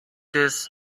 this